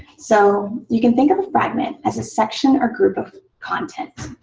so you can think of a fragment as a section or group of content.